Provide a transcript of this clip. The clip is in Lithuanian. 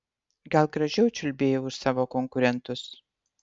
gal gražiau čiulbėjau už savo konkurentus